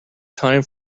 time